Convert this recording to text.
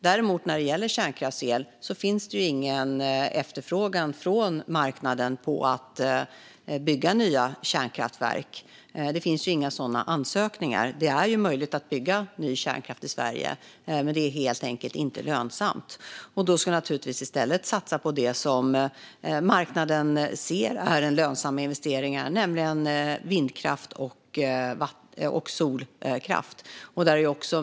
När det däremot gäller kärnkraftsel finns det ingen efterfrågan från marknaden på att bygga nya kärnkraftverk. Det finns inga sådana ansökningar. Det är möjligt att bygga ny kärnkraft i Sverige, men det är helt enkelt inte lönsamt. Då ska vi naturligtvis i stället satsa på det som marknaden ser är en lönsam investering, nämligen vindkraft och solkraft.